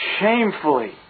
shamefully